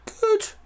good